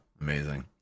amazing